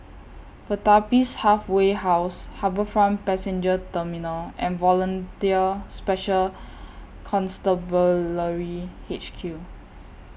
Pertapis Halfway House HarbourFront Passenger Terminal and Volunteer Special Constabulary H Q